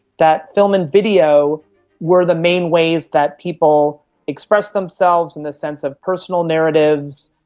that film and video were the main ways that people express themselves in the sense of personal narratives,